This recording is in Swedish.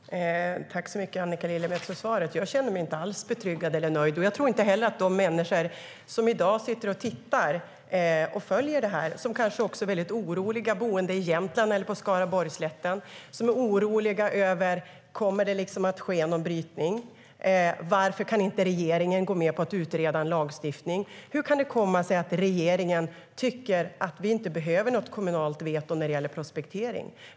Herr ålderspresident! Tack, Annika Lillemets, för svaret! Jag känner mig inte alls betryggad eller nöjd. Jag tror att det finns människor som i dag sitter och tittar och följer det här som kanske också är väldigt oroliga. Det handlar om boende i Jämtland eller på Skaraborgsslätten som är oroliga: Kommer det att ske någon brytning? Varför kan inte regeringen gå med på att utreda en lagstiftning? Hur kan det komma sig att regeringen tycker att vi inte behöver något kommunalt veto när det gäller prospektering?